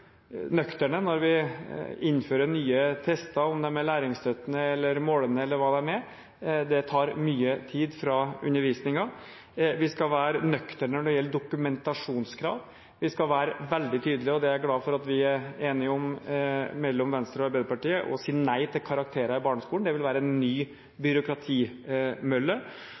nøkterne når vi innfører nye tester – om de er læringsstøttende, målende eller hva de er. Dette tar mye tid fra undervisningen. Vi skal være nøkterne når det gjelder dokumentasjonskrav. Vi skal være veldig tydelige på, og det er jeg glad for at Venstre og Arbeiderpartiet er enige om, å si nei til karakterer i barneskolen. Det ville være en ny byråkratimølle.